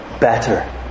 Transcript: better